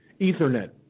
Ethernet